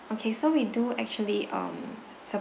okay so we do actually um sup~